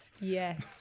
Yes